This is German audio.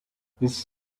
bis